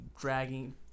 dragging